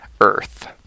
earth